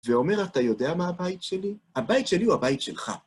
ואומר, אתה יודע מה הבית שלי? הבית שלי הוא הבית שלך.